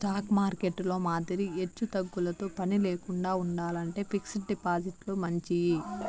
stock మార్కెట్టులో మాదిరి ఎచ్చుతగ్గులతో పనిలేకండా ఉండాలంటే ఫిక్స్డ్ డిపాజిట్లు మంచియి